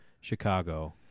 Chicago